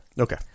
Okay